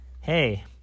Hey